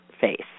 face